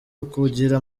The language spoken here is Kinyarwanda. ukugira